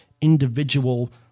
individual